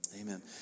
amen